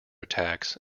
attacks